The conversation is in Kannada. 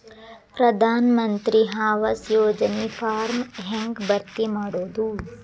ಪ್ರಧಾನ ಮಂತ್ರಿ ಆವಾಸ್ ಯೋಜನಿ ಫಾರ್ಮ್ ಹೆಂಗ್ ಭರ್ತಿ ಮಾಡೋದು?